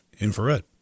infrared